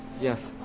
Yes